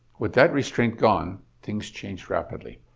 with that restraint gone, things changed rapidly.